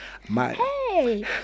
Hey